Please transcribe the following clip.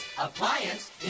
Appliance